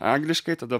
angliškai tada